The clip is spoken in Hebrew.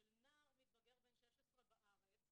של נער מתבגר בן 16 בארץ,